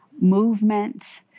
movement